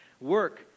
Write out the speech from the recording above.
Work